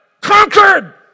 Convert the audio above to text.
conquered